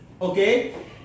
okay